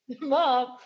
mom